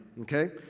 Okay